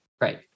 Right